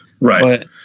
Right